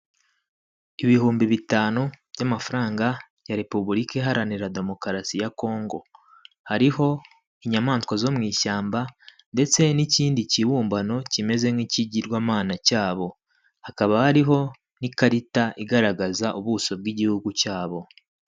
Ibihumbi bitanu by'amafaranga ya Repubulika Iharanira Demokarasi ya Kongo. Hariho inyamaswa zo mu ishyamba ndetse n'ikindi kibumbano kimeze nk'ikigirwamana cyabo. Hakaba hariho n'ikarita igaragaza ubuso bw'igihugu cyabo.